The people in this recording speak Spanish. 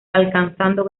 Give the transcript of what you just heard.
alcanzando